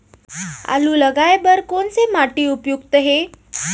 आलू लगाय बर कोन से माटी उपयुक्त हे?